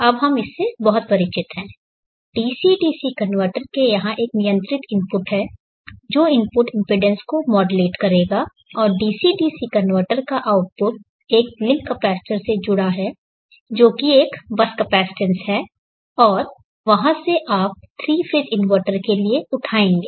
अब हम इससे बहुत परिचित हैं डीसी डीसी कनवर्टर के यहां एक नियंत्रित इनपुट है जो इनपुट इम्पीडेन्स को मॉडुलेट करेगा और डीसी डीसी कनवर्टर का आउटपुट एक लिंक कैपेसिटर से जुड़ा है जो एक बस कैपेसिटेंस है और वहाँ से आप एक 3 फेज़ इन्वर्टर के लिए उठाएंगे